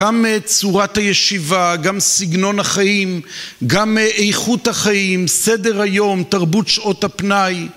גם צורת הישיבה, גם סגנון החיים, גם איכות החיים, סדר היום, תרבות שעות הפנאי